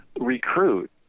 recruit